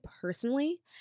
personally